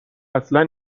اصلا